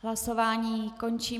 Hlasování končím.